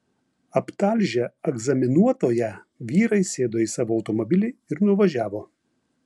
aptalžę egzaminuotoją vyrai sėdo į savo automobilį ir nuvažiavo